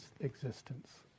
existence